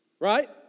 right